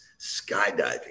skydiving